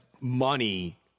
money